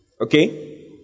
Okay